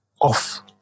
off